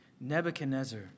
Nebuchadnezzar